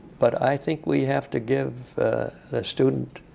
but i think we have to give the student